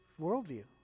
worldview